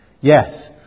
Yes